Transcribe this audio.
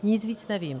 Nic víc nevím.